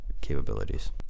capabilities